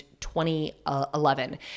2011